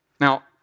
Now